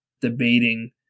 debating